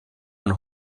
man